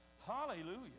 Hallelujah